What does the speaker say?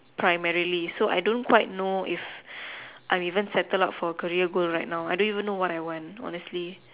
primarily so I don't quite know if I am even settle up for career goal right now I don't even know what I want honestly